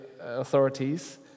authorities